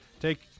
take